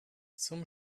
zum